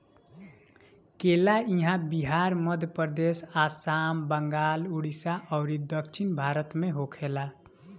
केला इहां बिहार, मध्यप्रदेश, आसाम, बंगाल, उड़ीसा अउरी दक्षिण भारत में होखेला